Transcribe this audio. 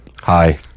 Hi